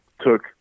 took